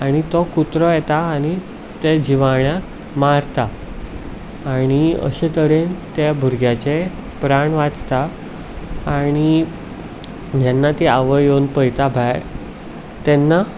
आनी तो कुत्रो येता आनी त्या जिवाण्याक मारता आनी अशे तरेन त्या भुरग्याचें प्राण वाचता आनी जेन्ना ती आवय येवन पळयता भायर तेन्ना